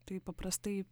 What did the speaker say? tai paprastai